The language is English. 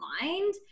mind